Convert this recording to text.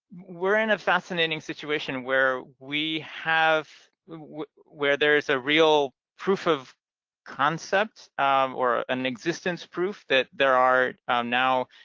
we're in a fascinating situation where we have where there's a real proof of concept or an existence proof that there are now